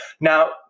Now